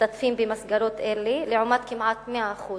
משתתפים במסגרות אלה, לעומת כמעט 100%